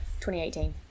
2018